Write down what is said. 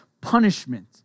punishment